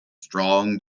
strong